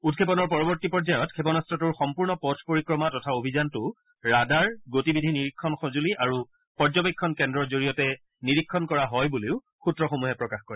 উৎক্ষেপনৰ পৰৱৰ্তী পৰ্যয়ত ক্ষেপনাস্ত্ৰটোৰ সম্পূৰ্ণ পথ পৰিক্ৰমা তথা অভিযানটো ৰাডাৰ গতি বিধি নিৰীক্ষণ সজূলি আৰু পৰ্যবেক্ষণ কেন্দ্ৰৰ জৰিয়তে নিৰীক্ষণ কৰা হয় বুলিও সূত্ৰসমূহে প্ৰকাশ কৰে